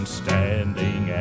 standing